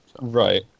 right